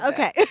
Okay